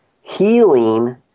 healing